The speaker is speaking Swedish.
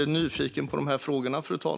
Jag är nyfiken på svaren på mina frågor.